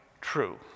true